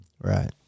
Right